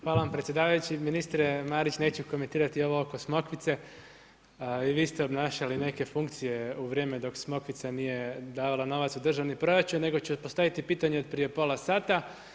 Hvala vam predsjedavajući, ministre Marić, neću komentirati ovo oko Smokvice i vi ste obnašali neke funkcije u vrijeme dok Smokvica nije davala novac u državni proračun, nego ću postaviti pitanje od prije pola sata.